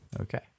Okay